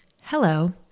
Hello